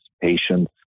patience